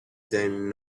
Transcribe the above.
then